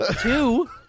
Two